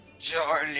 Charlie